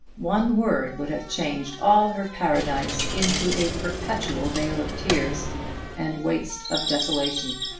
one word would have changed all her paradise into a perpetual wail of tears and waste of desolation.